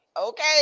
Okay